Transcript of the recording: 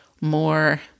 more